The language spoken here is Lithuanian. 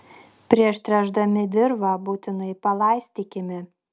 prieš tręšdami dirvą būtinai palaistykime